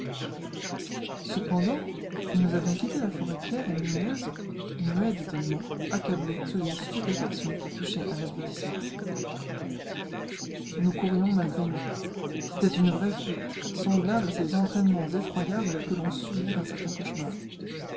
cependant nous avions quitté la forêt claire et lumineuse muets d'étonnement accablés sous une stupéfaction qui touchait à l'abrutissement nous courions malgré nous c'était une vraie fuite semblable à ces entraînements effroyables que l'on subit dans certains cauchemars